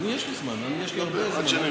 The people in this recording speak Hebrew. יש לי זמן, יש לי הרבה זמן.